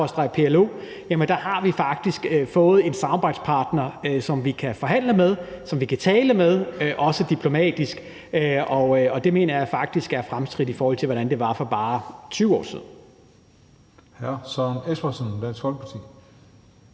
skråstreg PLO faktisk har fået en samarbejdspartner, som vi kan forhandle med, og som vi kan tale med, også diplomatisk. Og det mener jeg faktisk er et fremskridt, i forhold til hvordan det var for bare 20 år siden. Kl. 18:09 Den fg. formand